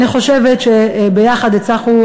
אני חושבת שביחד הצלחנו,